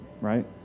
right